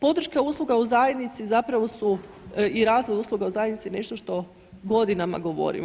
Podrška usluga u zajednici zapravo su i razvoj usluga u zajednici nešto što godinama govorimo.